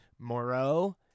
Moreau